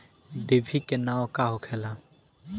डिभी के नाव का होखेला?